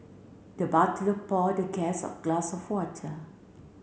the butler pour the guest a glass of water